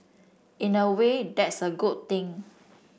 in a way that's a good thing